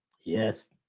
Yes